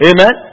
Amen